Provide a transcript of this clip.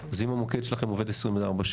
אז אם המוקד שלכם עובד 24/7,